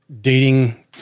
dating